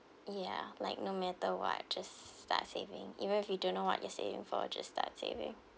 ya like no matter what just start saving even if we don't know what you are saying for just start saving